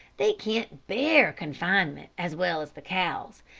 they can't bear confinement as well as the cows,